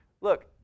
look